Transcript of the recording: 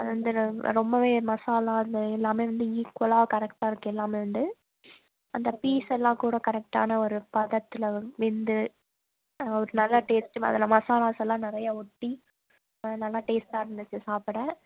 அது வந்து ரொம் ரொம்பவே மசாலா அது எல்லாமே வந்து ஈக்குவலாக கரெக்டாக இருக்கு எல்லாமே வந்து அந்த பீஸ் எல்லாம் கூட கரெக்டான ஒரு பதத்தில் வ வெந்து ஒரு நல்ல டேஸ்ட்டு வ அதில் மசாலாஸ் எல்லாம் நிறையா ஒட்டி நல்லா டேஸ்ட்டாக இருந்துச்சு சாப்பிட